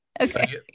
Okay